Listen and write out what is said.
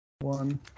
one